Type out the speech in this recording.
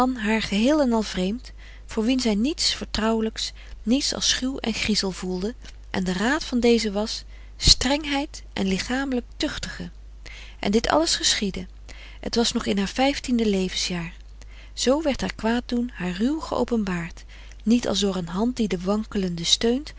haar geheel en al vreemd voor wien zij niets vertrouwelijks niets als schuw en griezel voelde en de raad van dezen was strengheid en lichamelijk tuchtigen en dit alles geschiedde het was nog in haar vijftiende levensjaar zoo werd haar kwaaddoen haar ruw geopenbaard niet frederik van eeden van de koele meren des doods als door een hand die de wankelende